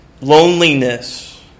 Loneliness